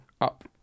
up